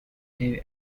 they